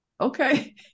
Okay